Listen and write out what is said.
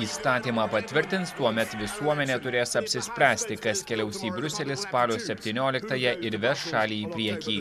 įstatymą patvirtins tuomet visuomenė turės apsispręsti kas keliaus į briuselį spalio septynioliktąją ir ves šalį į priekį